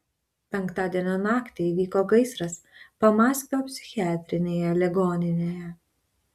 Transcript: penktadienio naktį įvyko gaisras pamaskvio psichiatrinėje ligoninėje